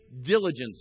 diligence